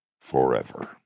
forever